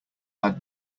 had